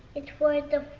it's for like the